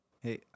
Hey